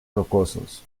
rocosos